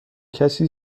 کسی